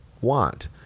want